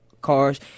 cars